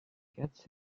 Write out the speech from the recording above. gets